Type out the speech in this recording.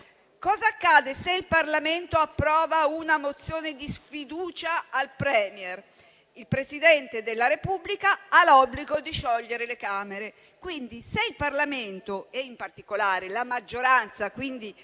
cosa accade se il Parlamento approva una mozione di sfiducia al *Premier*? Il Presidente della Repubblica ha l'obbligo di sciogliere le Camere. Quindi, se il Parlamento, in particolare la maggioranza (quindi,